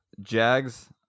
Jags